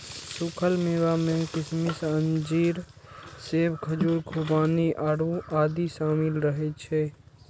सूखल मेवा मे किशमिश, अंजीर, सेब, खजूर, खुबानी, आड़ू आदि शामिल रहै छै